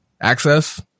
access